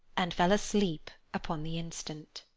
and fell asleep upon the instant.